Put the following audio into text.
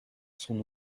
son